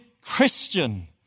Christian